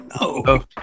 no